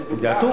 לדוגמה,